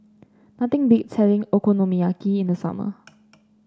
nothing beats having Okonomiyaki in the summer